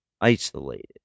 isolated